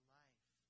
life